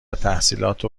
تحصیلاتو